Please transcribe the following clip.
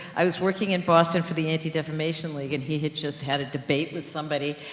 i was working in boston for the anti-defamation league, and he had just had a debate with somebody,